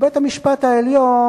בית-המשפט העליון,